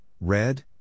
red